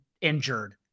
injured